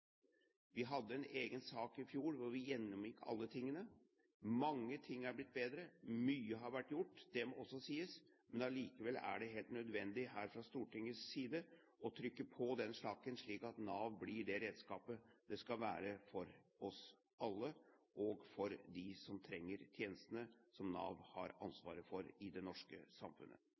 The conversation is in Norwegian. Vi hadde en egen sak i fjor, hvor vi gjennomgikk alle tingene. Mange ting er blitt bedre, mye er gjort – det må også sies. Men allikevel er det helt nødvendig her fra Stortingets side å trykke på den saken, slik at Nav blir det redskapet det skal være for oss alle og for dem som trenger de tjenestene som Nav har ansvaret for i det norske samfunnet.